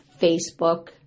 Facebook